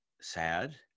sad